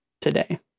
today